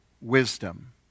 wisdom